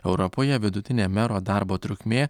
europoje vidutinė mero darbo trukmė